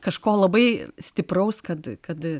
kažko labai stipraus kad kad